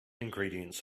ingredients